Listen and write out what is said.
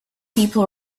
people